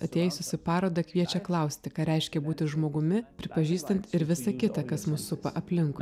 atėjusius į parodą kviečia klausti ką reiškia būti žmogumi pripažįstant ir visa kita kas mus supa aplinkui